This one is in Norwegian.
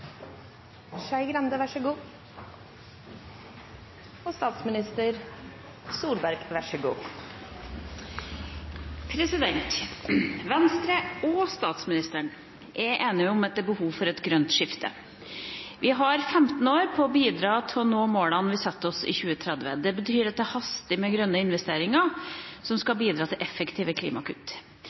og miljøministeren på vegne av utenriksministeren, som er bortreist. Spørsmål 13, fra representanten Iselin Nybø til kunnskapsministeren, er trukket tilbake. «Venstre og statsministeren er enige om behovet for et grønt skifte. Vi har 15 år på å bidra til å nå målene for 2030. Det betyr at det haster med grønne